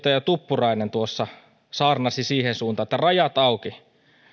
edustaja tuppurainen tuossa saarnasi siihen suuntaan että rajat auki